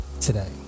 today